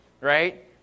right